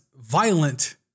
violent